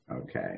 Okay